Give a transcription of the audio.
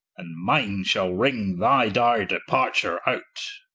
and mine shall ring thy dire departure out.